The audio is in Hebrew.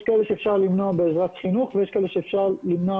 כאלה שאפשר למנוע בעזרת חינוך ויש כאלה שאפשר למנוע